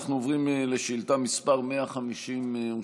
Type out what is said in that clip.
אנחנו עוברים לשאילתה מס' 152,